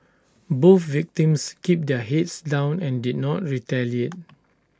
both victims kept their heads down and did not retaliate